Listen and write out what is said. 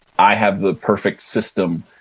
i have the perfect system.